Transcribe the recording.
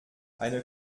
eine